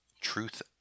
Truth